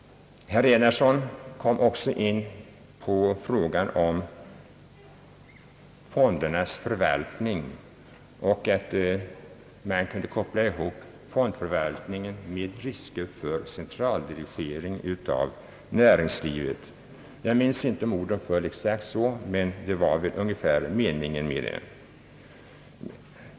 Herr Enarsson kom också in på frågan om fondernas förvaltning och att man kunde koppla ihop fondförvaltningen med risker för centraldirigering av näringslivet. Jag minns inte om orden föll exakt så, men meningen var väl den.